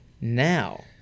Now